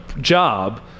job